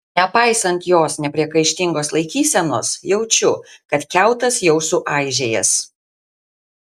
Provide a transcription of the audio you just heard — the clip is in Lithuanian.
nepaisant jos nepriekaištingos laikysenos jaučiu kad kiautas jau suaižėjęs